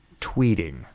Tweeting